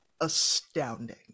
astounding